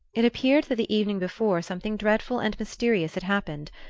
it appeared that the evening before something dreadful and mysterious had happened.